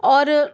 और